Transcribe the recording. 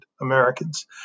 Americans